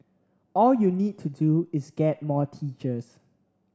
all you need to do is get more teachers